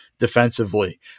defensively